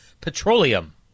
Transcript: Petroleum